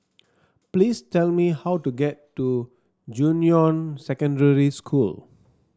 please tell me how to get to Junyuan Secondary School